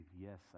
yes